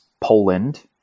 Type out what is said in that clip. Poland